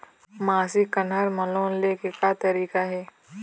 मासिक कन्हार म लोन ले के का तरीका हे?